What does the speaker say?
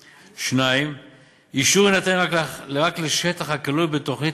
2. אישור יינתן רק לשטח הכלול בתוכנית